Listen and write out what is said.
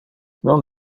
non